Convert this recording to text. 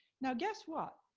now guess what?